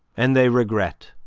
and they regret,